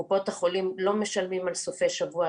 קופות החולים לא משלמות על סופי השבוע,